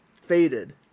faded